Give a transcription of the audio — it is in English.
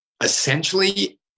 Essentially